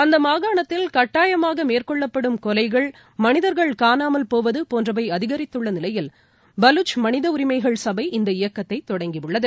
அந்த மாகாணத்தில் கட்டாயமாக மேற்கொள்ளப்படும் கொலைகள் மனிதர்கள் காணாமல் போவது போன்றவை அதிகரித்துள்ள நிலையில் பலுச் மனித உரிமைகள் சளப இந்த இயக்கத்தை தொடங்கி உள்ளது